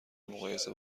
مقایسه